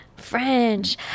french